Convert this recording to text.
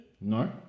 No